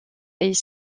est